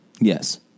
Yes